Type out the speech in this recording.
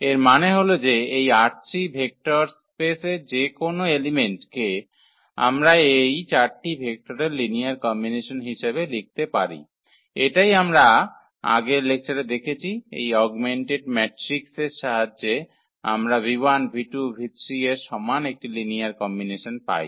এর মানে হল যে এই ℝ3 ভেক্টরস স্পেসের যে কোন এলিমেন্ট কে আমরা এই চারটি ভেক্টরের লিনিয়ার কম্বিনেশন হিসেবে লিখতে পারি এটাই আমরা আগের লেকচারে দেখেছি এই অগমেন্টেড ম্যাট্রিক্স এর সাহায্যে আমরা এর সমান একটি লিনিয়ার কম্বিনেশন পাই